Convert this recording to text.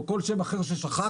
או כל שם אחר ששכחתי,